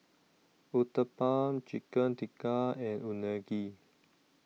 Uthapam Chicken Tikka and Unagi